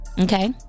Okay